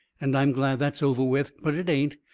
and i'm glad that's over with. but it ain't.